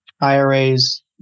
IRAs